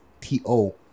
T-O